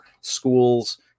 schools